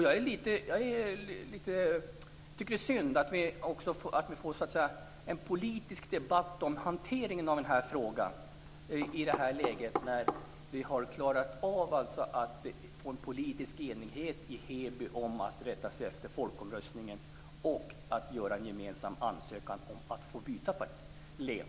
Jag tycker att det är synd att det blir en politisk debatt om hanteringen av denna fråga i det läge då man har klarat av att få en politisk enighet i Heby om att rätta sig efter folkomröstningsresultatet och att göra en gemensam ansökan om att få byta län.